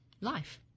life